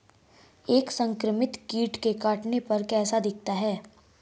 एक संक्रमित कीट के काटने पर कैसा दिखता है?